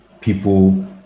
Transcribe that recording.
people